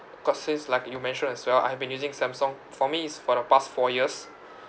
cause since like you mentioned as well I have been using samsung for me is for the past four years